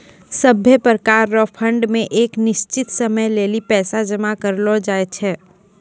सभै प्रकार रो फंड मे एक निश्चित समय लेली पैसा जमा करलो जाय छै